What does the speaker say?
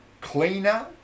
cleaner